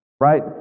right